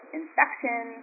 infection